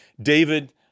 David